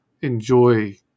enjoy